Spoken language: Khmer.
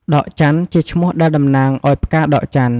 ដកចន្ទន៍ ជាឈ្មោះដែលតំណាងឱ្យផ្កាដកចន្ទន៍ ។